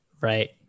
right